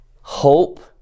Hope